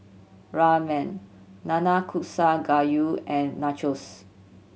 Ramen Nanakusa Gayu and Nachos